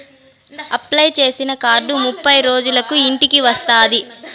apply చేసిన card ముప్పై రోజులకు ఇంటికి వస్తాది